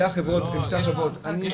הן שתי החברות --- לא,